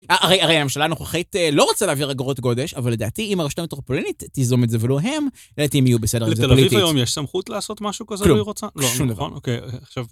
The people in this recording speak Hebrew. הרי הממשלה הנוכחית לא רוצה להעביר אגרות גודש, אבל לדעתי אם הרשות המטרופולנית תיזום את זה ולא הם, לדעתי הם יהיו בסדר עם זאת פוליטית. לתל אביב היום יש סמכות לעשות משהו כזה או היא רוצה? כלום, שום דבר נכון, אוקיי, עכשיו.